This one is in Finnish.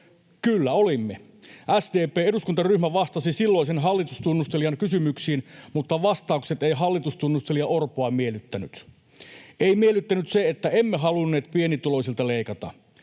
Kyllä olimme. SDP:n eduskuntaryhmä vastasi silloisen hallitustunnustelijan kysymyksiin, mutta vastaukset eivät hallitustunnustelija Orpoa miellyttäneet. Ei miellyttänyt se, että emme halunneet pienituloisilta leikata,